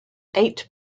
eight